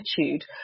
attitude